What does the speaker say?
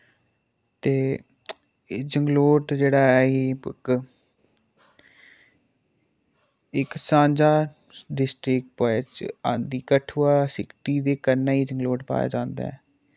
ते एह् जंगलोट जेह्ड़ा ऐ एह् इक इक सांझा डिस्ट्रिक च आंदी कठुआ सिटी दे कन्नै ही जंगलोट पाया जांदा ऐ